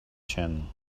chin